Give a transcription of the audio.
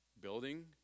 building